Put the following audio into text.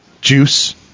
juice